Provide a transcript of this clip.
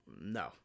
no